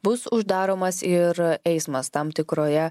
bus uždaromas ir eismas tam tikroje